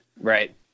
Right